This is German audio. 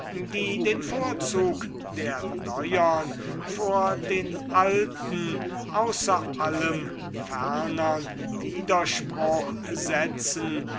die den vorzug der neuern vor den alten außer allen fernern widerspruch setzen